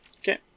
Okay